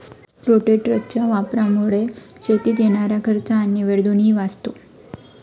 रोटेटरच्या वापरामुळे शेतीत येणारा खर्च आणि वेळ दोन्ही वाचतो